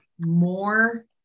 more